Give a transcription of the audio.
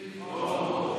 יישאר